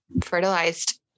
fertilized